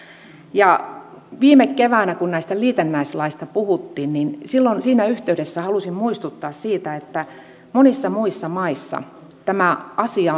viime keväänä kun näistä liitännäislaeista puhuttiin siinä yhteydessä halusin muistuttaa siitä että monissa muissa maissa tämä asia